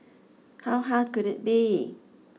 how hard could it be